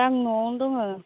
आं न'वावनो दङ